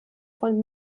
von